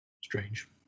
strange